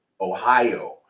Ohio